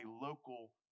local